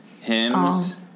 Hymns